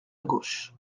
gauche